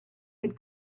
had